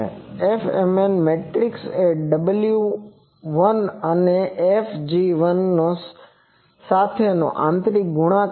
Fmn matrix એ w1નો F સાથેનો આંતરિક ગુણાકાર છે